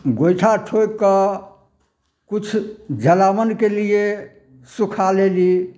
गोइठा ठोकिकऽ किछु जलावन केलिए सुखा लेली